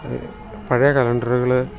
പഴയ കലണ്ടറുകൾ